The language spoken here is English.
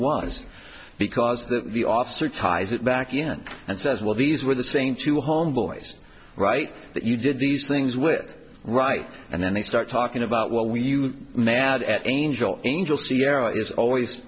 was because the officer ties it back in and says well these were the same two homeboys right that you did these things were right and then they start talking about what we knew mad at angel angel sierra is always